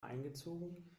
eingezogen